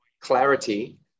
clarity